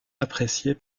appréciée